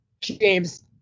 james